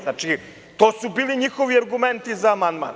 Znači, to su bili njihovi argumenti za amandman.